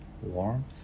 warmth